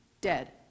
dead